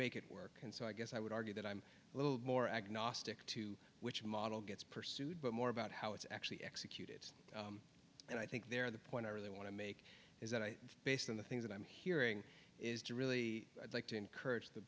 it work and so i guess i would argue that i'm a little more agnostic to which model gets pursued but more about how it's actually execute i think there the point i really want to make is that i based on the things that i'm hearing is to really like to encourage the